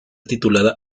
titulada